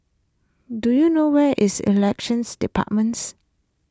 do you know where is Elections Departments